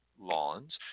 lawns